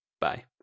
Bye